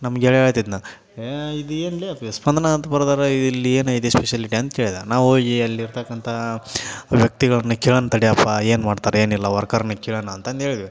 ನಮ್ಮ ಗೆಳೆಯ ಹೇಳ್ತಿದ್ನ ಏಯ್ ಇದು ಏನು ಲೇ ಅಪ್ಪಿ ಸ್ಪಂದನ ಅಂತ ಬರ್ದಾರೆ ಇದು ಇಲ್ಲಿ ಏನು ಇದೆ ಸ್ಪೆಷಲಿಟಿ ಅಂತ ಕೇಳಿದ ನಾವು ಹೋಗಿ ಅಲ್ಲಿರತಕ್ಕಂಥ ವ್ಯಕ್ತಿಗಳನ್ನು ಕೇಳಣ ತಡೆಯಪ್ಪ ಏನು ಮಾಡ್ತಾರೆ ಏನು ಇಲ್ಲ ವರ್ಕರ್ನ ಕೇಳೋಣ ಅಂತಂದು ಹೇಳಿದ್ವಿ